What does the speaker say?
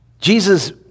Jesus